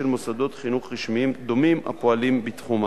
מוסדות חינוך רשמיים דומים הפועלים בתחומה.